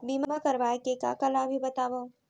बीमा करवाय के का का लाभ हे बतावव?